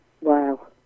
wow